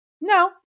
No